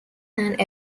and